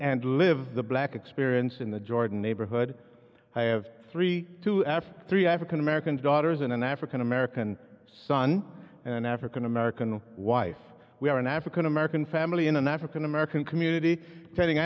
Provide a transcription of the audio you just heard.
and live the black experience in the jordan neighborhood i have three two after three african american daughters and an african american son and an african american wife we are an african american family in an african american community